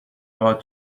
باهات